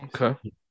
Okay